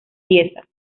piezas